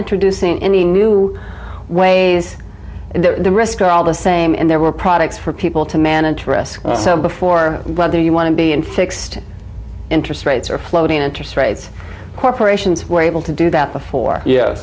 introducing any new ways there are all the same and there were products for people to manage risk so before whether you want to be in fixed interest rates or floating interest rates corporations were able to do that before ye